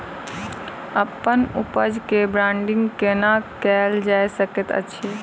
अप्पन उपज केँ ब्रांडिंग केना कैल जा सकैत अछि?